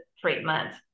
treatment